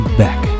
back